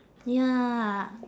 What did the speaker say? ya